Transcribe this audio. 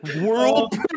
World